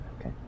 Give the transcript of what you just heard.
Okay